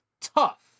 tough